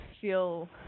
feel